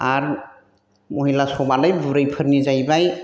आरो महिला सभायालाय बुरैफोरनि जाहैबाय